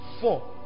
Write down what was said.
four